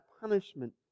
punishment